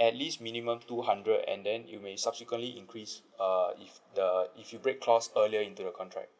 at least minimum two hundred and then you may subsequently increase uh if the if you break clause earlier into the contract